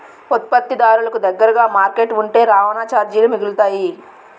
ఉత్పత్తిదారులకు దగ్గరగా మార్కెట్ ఉంటే రవాణా చార్జీలు మిగులుతాయి